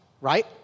Right